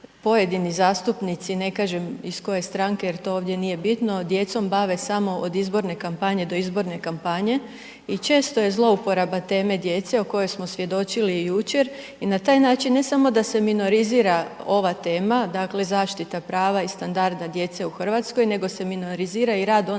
pojedini zastupnici, ne kažem iz koje stranke jer to ovdje nije bitno, djecom bave samo od izborne kampanje do izborne kampanje i često je zlouporaba teme djece o kojoj smo svjedočili jučer i na taj način, ne samo da se minorizira ova tema, dakle, zaštita prava i standarda djece u RH, nego se minorizira i rad onih